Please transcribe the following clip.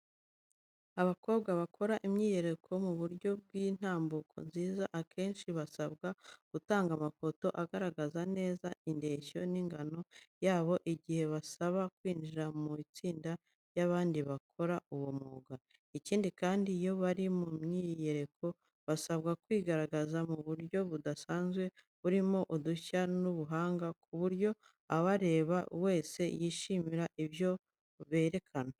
Abakobwa bakora imyiyereko mu buryo bw’intambuko nziza, akenshi basabwa gutanga amafoto agaragaza neza indeshyo n’ingano yabo igihe basaba kwinjira mu itsinda ry’abandi bakora uwo mwuga. Ikindi kandi, iyo bari mu myiyereko, basabwa kwigaragaza mu buryo budasanzwe, burimo udushya n'ubuhanga, ku buryo ubareba wese yishimira ibyo berekana.